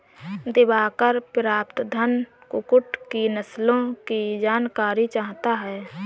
दिवाकर प्रतापधन कुक्कुट की नस्लों की जानकारी चाहता है